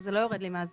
זה לא יורד לי מהזמן?